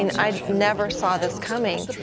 and i never saw this coming.